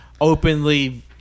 openly